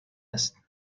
است